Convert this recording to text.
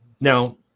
Now